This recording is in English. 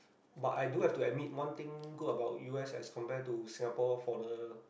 but I do have to admit one thing good about u_s as compare to Singapore for the